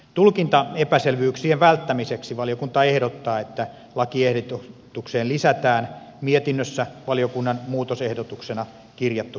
tulkintaepäselvyyksien välttämiseksi valiokunta ehdottaa että lakiehdotukseen lisätään mietinnössä valiokunnan muutosehdotuksena kirjattu siirtymäsäännös